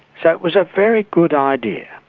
so it was a very good idea,